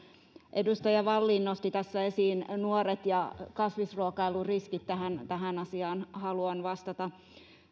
edustaja vallin nosti tässä esiin nuoret ja kasvisruokailun riskit tähän tähän asiaan haluan vastata